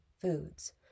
foods